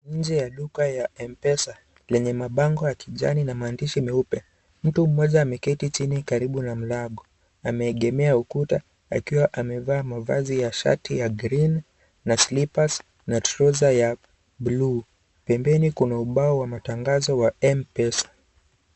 Nje ya duka ya Mpesa lenye mabango ya kijani na maandishi meupe. Mtu mmoja ameketi chini karibu na mlango. Ameegemea ukuta, akiwa amevaa mavazi ya shati ya green na slippers na trouser ya bluu. Pembeni kuna ubao wa matangazo wa Mpesa.